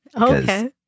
Okay